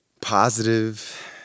positive